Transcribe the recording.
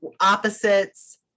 opposites